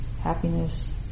happiness